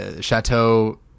Chateau